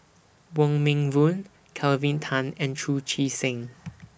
Wong Meng Voon Kelvin Tan and Chu Chee Seng